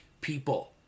people